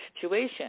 situation